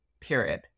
Period